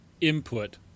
input